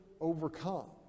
overcome